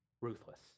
ruthless